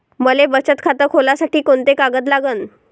मले बचत खातं खोलासाठी कोंते कागद लागन?